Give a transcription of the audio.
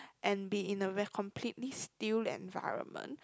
and be in a very completely still environment